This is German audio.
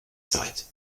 zeit